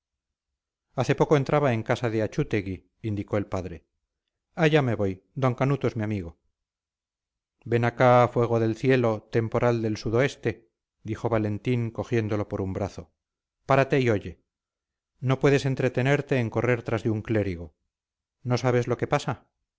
hace poco entraba en casa de achútegui indicó el padre allá me voy d canuto es mi amigo ven acá fuego del cielo temporal del sudoeste dijo valentín cogiéndolo por un brazo párate y oye no puedes entretenerte en correr tras de un clérigo no sabes lo que pasa